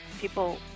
People